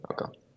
Okay